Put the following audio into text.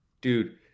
Dude